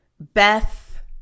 Beth